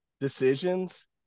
decisions